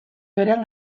berean